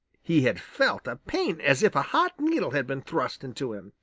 he had felt a pain as if a hot needle had been thrust into him.